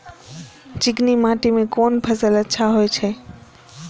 चिकनी माटी में कोन फसल अच्छा होय छे?